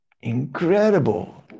incredible